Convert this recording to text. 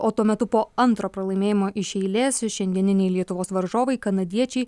o tuo metu po antro pralaimėjimo iš eilės šiandieniniai lietuvos varžovai kanadiečiai